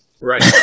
Right